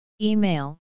Email